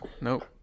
nope